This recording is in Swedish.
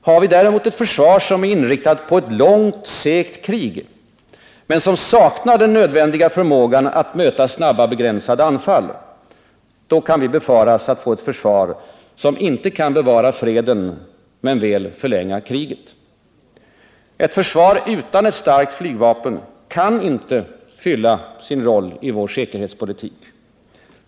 Har vi däremot ett försvar som är inriktat på ett långt och segt krig men som saknar den nödvändiga förmågan att möta snabba begränsade anfall, då kan vi befaras få ett försvar som inte kan bevara freden men väl förlänga kriget. Ett försvar utan ett starkt flygvapen kan inte fylla sin roll i vår säkerhetspolitik.